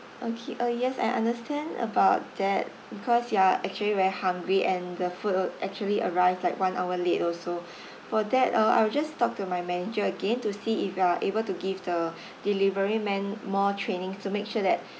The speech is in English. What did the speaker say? okay uh yes I understand about that because you are actually very hungry and the food were actually arrived like one hour late also for that uh I'll just talk to my manager again to see if we are able to give the delivery men more training to make sure that